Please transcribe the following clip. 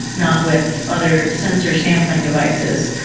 not with other sensor sampling devices.